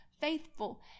faithful